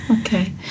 Okay